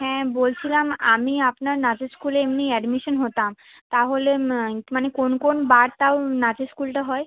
হ্যাঁ বলছিলাম আমি আপনার নাচের স্কুলে এমনি অ্যাডমিশান হতাম তাহলে মাইট মানে কোন কোন বার তাও নাচের স্কুলটা হয়